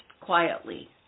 quietly